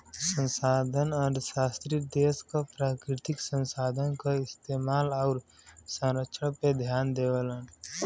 संसाधन अर्थशास्त्री देश क प्राकृतिक संसाधन क इस्तेमाल आउर संरक्षण पे ध्यान देवलन